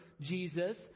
Jesus